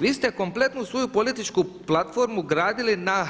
Vi ste kompletnu svoju političku platformu gradili na